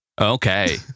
Okay